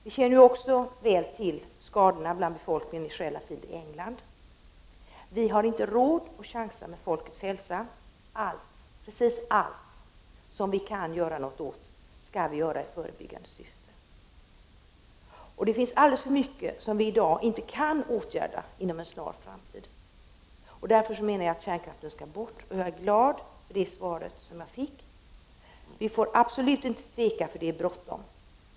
Vi känner också väl till skadorna bland befolkningen i Sellafield i England. Vi har inte råd att chansa när det gäller folks hälsa. Allt, precis allt, som vi kan göra någonting åt skall vi göra i förebyggande syfte. Det finns alldeles för mycket som vi i dag inte kan åtgärda inom en snar framtid. Därför skall kärnkraften bort. Jag är glad för det svar som jag har fått. Vi får absolut inte tveka — det är bråttom.